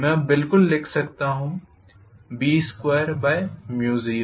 मैं अब बिल्कुल लिख सकता हूँ B20